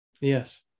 Yes